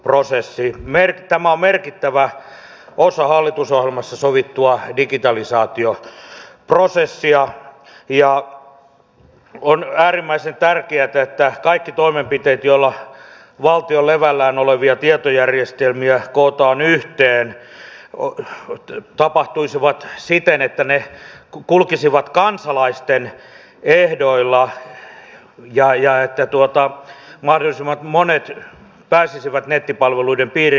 tämä on merkittävä osa hallitusohjelmassa sovittua digitalisaatioprosessia ja on äärimmäisen tärkeätä että kaikki toimenpiteet joilla valtion levällään olevia tietojärjestelmiä kootaan yhteen tapahtuisivat siten että ne kulkisivat kansalaisten ehdoilla ja että mahdollisimman monet pääsisivät nettipalveluiden piiriin